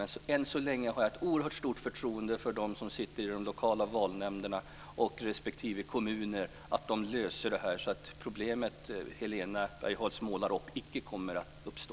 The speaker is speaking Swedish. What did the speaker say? Men än så länge har jag ett oerhört stort förtroende för att de som sitter i de lokala valnämnderna och i respektive kommun löser detta så att det problem Helena Bargholtz målar upp icke kommer att uppstå.